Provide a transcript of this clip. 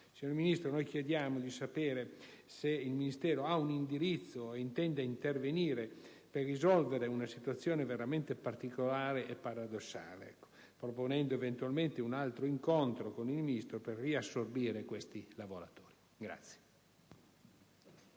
Governo, noi chiediamo di sapere se il Ministero abbia un indirizzo e se intenda intervenire per risolvere una situazione veramente particolare e, ripeto, paradossale, proponendo eventualmente un altro incontro con il Ministro per riassorbire questi lavoratori.